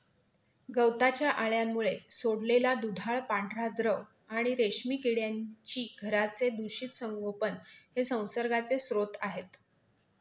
गवताच्या अळ्यांमुळे सोडलेला दुधाळ पांढरा द्रव आणि रेशीम किड्यांची घरांचे दूषित संगोपन हे संसर्गाचे स्रोत आहे